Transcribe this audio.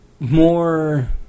more